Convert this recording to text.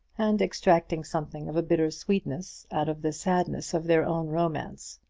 and extracting something of a bitter sweetness out of the sadness of their own romance.